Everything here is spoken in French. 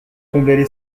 comblaient